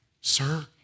Sir